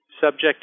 subject